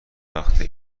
وقته